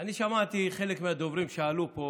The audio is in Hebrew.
אני שמעתי חלק מהדוברים שעלו פה